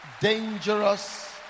dangerous